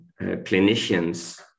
clinicians